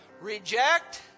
Reject